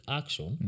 action